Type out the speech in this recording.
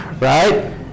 Right